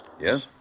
Yes